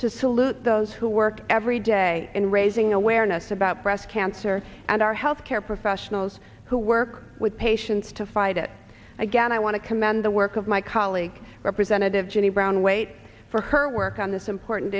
to salute those who work every day in raising awareness about breast cancer and our health care professionals who work with patients to fight it again i want to commend the work of my colleague representative jenny brown wait for her work on this important